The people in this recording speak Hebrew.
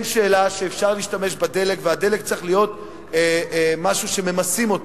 אין שאלה שאפשר להשתמש בדלק ושהדלק צריך להיות משהו שממסים אותו,